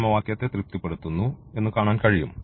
സമവാക്യത്തെ തൃപ്തിപ്പെടുത്തുന്നു എന്നു കാണാൻ കഴിയും